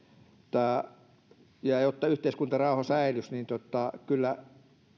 jotta yhteiskuntarauha säilyisi niin kyllä